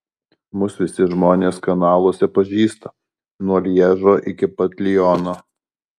mus visi žmonės kanaluose pažįsta nuo lježo iki pat liono